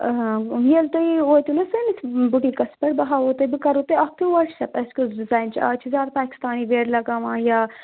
ییٚلہِ تُہۍ وٲتِو نا سٲنِس بُٹیٖکَس پٮ۪ٹھ بہٕ ہاوو تۄہہِ بہٕ کَرو تۄہہِ اَکھ تہِ واٹسایپ اَسہِ کُس ڈِزایِن چھِ آز چھِ زیادٕ پاکِستانی وِیَر لَگاوان یا